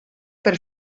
per